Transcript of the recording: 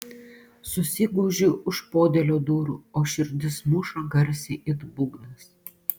susigūžiu už podėlio durų o širdis muša garsiai it būgnas